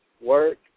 work